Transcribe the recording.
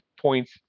points